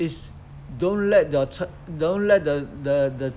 is don't let the che~ don't let the the